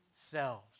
selves